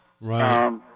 Right